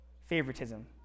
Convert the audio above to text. favoritism